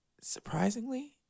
Surprisingly